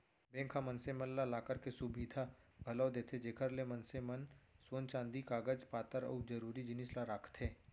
bank ह मनसे मन ला लॉकर के सुबिधा घलौ देथे जेकर ले मनसे मन सोन चांदी कागज पातर अउ जरूरी जिनिस ल राखथें